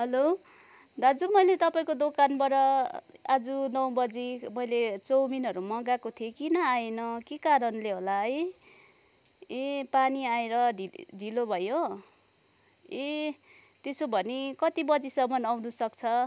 hello दाजु मैले तपाईँको दोकानबाट आज नौ बजी मैले चाउमिनहरू मगाएको थिएँ कि किन आएन के कारणले होला है ए पानी आएर ढिल ढिलो भयो ए त्यसो भने कति बजीसम्म आउनुसक्छ